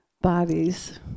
bodies